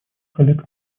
коллег